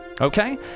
okay